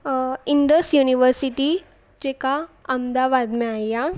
Indus University जेका अहमदाबाद में आई आहे